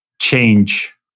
change